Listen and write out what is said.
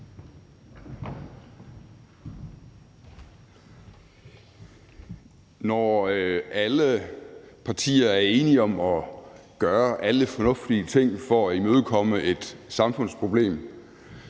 Når alle partier er enige om at gøre alle fornuftige ting for at imødekomme et samfundsproblem,